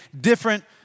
different